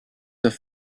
have